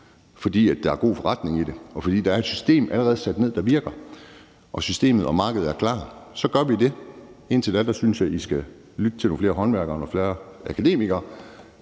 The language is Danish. fordi der er god forretning i det, og fordi der allerede er et system for det, der virker, og systemet og markedet er klar, så kan vi gøre det. Indtil da synes jeg, I skal lytte til nogle flere håndværkere og nogle færre akademikere.